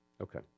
Okay